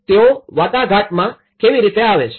તેઓ વાટાઘાટમાં કેવી રીતે આવે છે